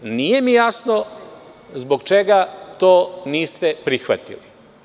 Nije mi jasno zbog čega to niste prihvatili?